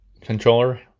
controller